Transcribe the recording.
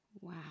Wow